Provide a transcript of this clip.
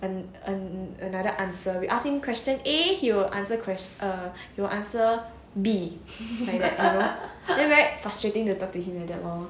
and and another answer we ask him question A he will answer question err he will answer B like that you know then very frustrating to talk to him like that lor